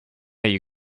you